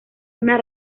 una